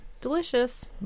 Delicious